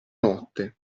notte